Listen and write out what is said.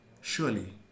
surely